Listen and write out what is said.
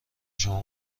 شما